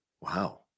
Wow